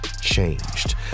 changed